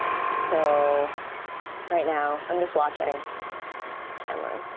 so right now i'm just watching cameron.